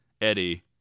Eddie